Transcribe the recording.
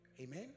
Amen